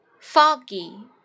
Foggy